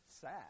sad